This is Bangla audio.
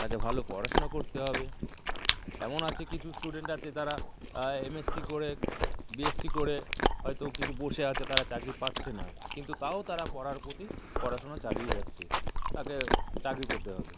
তাকে ভালো পড়াশোনা করতে হবে এমন আছে কিছু স্টুডেন্ট আছে তারা এমএসসি করে বিএসসি করে হয়তো কিছু বসে আছে তারা চাকরি পাচ্ছে না কিন্তু তাও তারা পড়ার প্রতি পড়াশুনো চালিয়ে যাচ্ছে তাকে চাকরি পেতে হবে